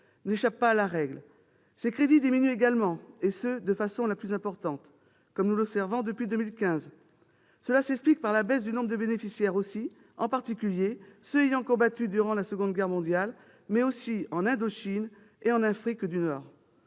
n'échappe pas à la règle. Ses crédits diminuent également, et ce, de façon la plus importante, comme nous l'observons depuis 2015. Cela s'explique par la baisse du nombre de bénéficiaires, en particulier de ceux ayant combattu durant la Seconde Guerre mondiale, mais aussi en Indochine et en Afrique du Nord.